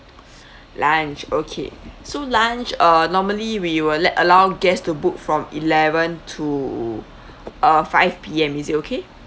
lunch okay so lunch uh normally we will let allow guest to book from eleven to uh five P_M is it okay